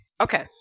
Okay